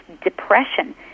depression